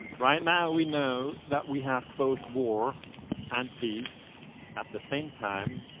right now, we know that we have both war and peace at the same time,